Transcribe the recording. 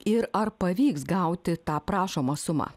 ir ar pavyks gauti tą prašomą sumą